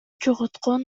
жоготкон